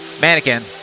Mannequin